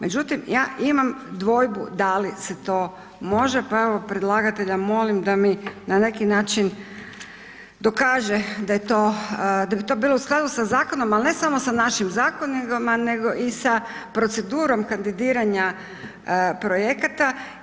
Međutim, ja imam dvojbu da li se to može, pa evo predlagatelja molim da mi na neki način dokaže da bi to bilo u skladu sa zakonom, ali ne samo sa našim zakonima nego i sa procedurom kandidiranja projekata.